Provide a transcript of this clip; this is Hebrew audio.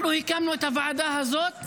אנחנו הקמנו את הוועדה הזאת